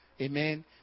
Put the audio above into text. Amen